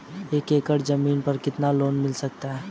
एक एकड़ जमीन पर कितना लोन मिल सकता है?